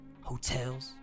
hotels